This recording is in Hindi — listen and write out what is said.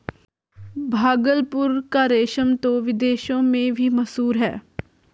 भागलपुर का रेशम तो विदेशों में भी मशहूर है